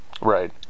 Right